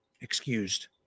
Excused